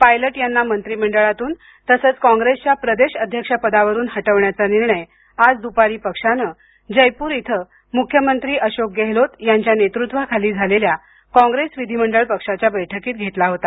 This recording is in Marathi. पायलट यांना मंत्रिमंडळातून तसंच कॉंग्रेसच्या प्रदेश अध्यक्ष पदावरून हटवण्याचा निर्णय आज दुपारी पक्षानं जयपूर इथं मुख्यमंत्री अशोक गेहलोत यांच्या नेतृत्वाखाली झालेल्या कॉग्रेस विधिमंडळ पक्षाच्या बैठकीत घेतला होता